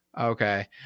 okay